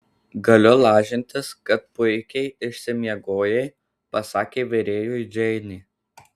galiu lažintis kad puikiai išsimiegojai pasakė virėjui džeinė